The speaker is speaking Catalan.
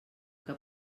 que